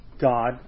God